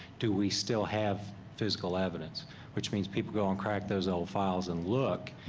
do we still have physical evidence which means people go and crack those old files and look,